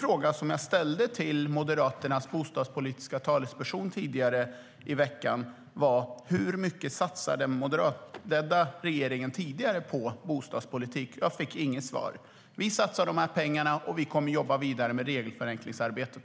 Frågan som jag ställde till Moderaternas bostadspolitiska talesperson tidigare i veckan var: Hur mycket satsade den moderatledda regeringen på bostadspolitik? Jag fick inget svar. Vi satsar de här pengarna, och vi kommer också att jobba vidare med regelförenklingsarbetet.